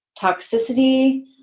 toxicity